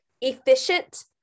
efficient